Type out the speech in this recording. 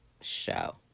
show